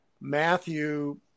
Matthew